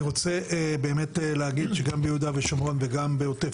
אני רוצה באמת להגיד שגם ביהודה ושומרון וגם בעוטף